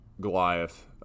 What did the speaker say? Goliath